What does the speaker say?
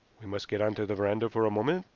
we must get onto the veranda for a moment.